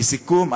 לסיכום,